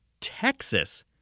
Texas